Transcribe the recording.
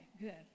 good